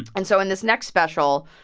and so in this next special,